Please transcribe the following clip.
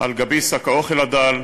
"על גבי שק האוכל הדל"